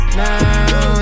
now